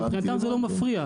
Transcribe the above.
מבחינתם זה לא מפריע,